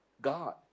God